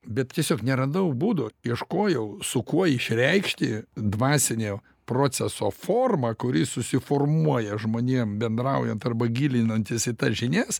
bet tiesiog neradau būdo ieškojau su kuo išreikšti dvasinio proceso formą kuri susiformuoja žmonėm bendraujant arba gilinantis į tas žinias